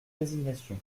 résignation